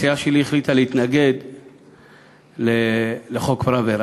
הסיעה שלי החליטה להתנגד לחוק פראוור.